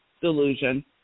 delusion